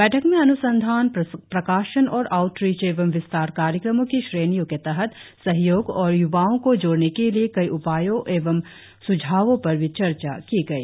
बैठक में अन्संधान प्रकाशन और आउटरीच एवं विस्तार कार्यक्रमों की श्रेणियों के तहत सहयोग और य्वाओ को जोड़ने के लिए कई उपायों एवं सुझावो पर भी चर्चा की गई